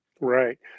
Right